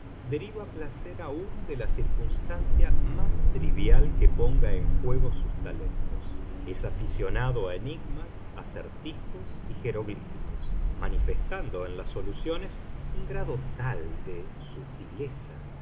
deriva placer aun de la circunstancia más trivial que ponga en juego sus talentos es aficionado a enigmas acertijos y jeroglíficos manifestando en las soluciones un grado tal de sutileza